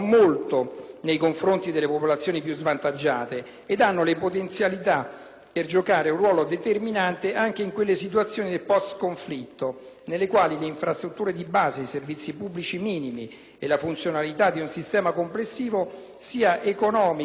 per giocare un ruolo determinante anche in quelle situazioni post conflitto, nelle quali le infrastrutture di base, i servizi pubblici minimi e la funzionalità di un sistema complessivo, sia economico sia politico, sono stati indeboliti dal protrarsi delle ostilità.